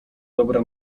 dobra